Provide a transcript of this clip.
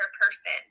person